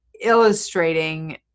illustrating